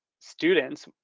students